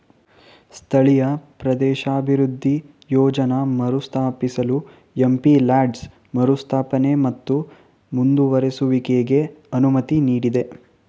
ಸ್ಥಳೀಯ ಪ್ರದೇಶಾಭಿವೃದ್ಧಿ ಯೋಜ್ನ ಮರುಸ್ಥಾಪಿಸಲು ಎಂ.ಪಿ ಲಾಡ್ಸ್ ಮರುಸ್ಥಾಪನೆ ಮತ್ತು ಮುಂದುವರೆಯುವಿಕೆಗೆ ಅನುಮತಿ ನೀಡಿದೆ